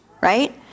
Right